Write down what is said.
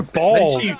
balls